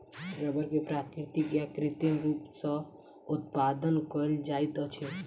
रबड़ के प्राकृतिक आ कृत्रिम रूप सॅ उत्पादन कयल जाइत अछि